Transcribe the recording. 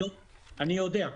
אני יודע.